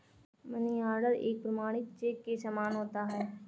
money order एक प्रमाणिक cheque के समान होता है